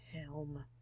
helm